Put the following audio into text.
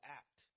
act